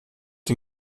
den